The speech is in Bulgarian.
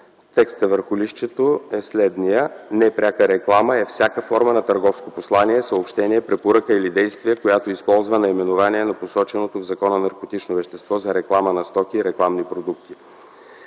Текстът върху листчето е следният: "непряка реклама" е всяка форма на търговско послание, съобщение, препоръка или действие, която използва наименование, на посочено в закона наркотично вещество, за реклама на стоки и рекламни продукти”.